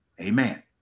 amen